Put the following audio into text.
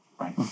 right